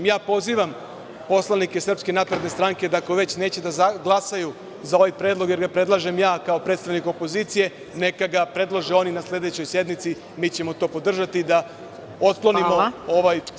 Pozivam poslanike SNS da, ako već neće da glasaju za ovaj predlog jer ga predlažem ja kao predstavnik opozicije, neka ga predlože oni na sledećoj sednici i mi ćemo to podržati da otklonimo ovaj